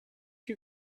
you